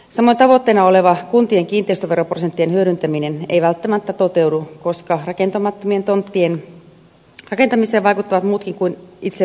samoin tavoitteena oleva kuntien kiinteistöveroprosenttien hyödyntäminen ei välttämättä toteudu koska rakentamattomien tonttien rakentamiseen vaikuttavat muutkin asiat kuin itse veroprosentti